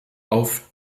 auf